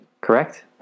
Correct